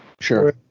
Sure